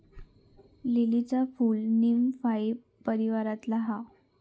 लीलीचा फूल नीमफाई परीवारातला हा